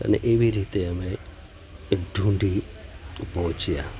અને એવી રીતે અમે એક ઢૂંઢી પહોંચ્યા